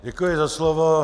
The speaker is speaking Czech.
Děkuji za slovo.